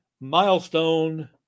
milestone